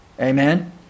Amen